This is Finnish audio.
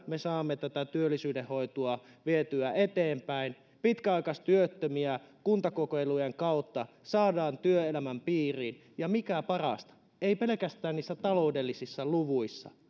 me saamme tätä työllisyyden hoitoa vietyä eteenpäin pitkäaikaistyöttömiä kuntakokeilujen kautta saadaan työelämän piiriin ja mikä parasta ei pelkästään niissä taloudellisissa luvuissa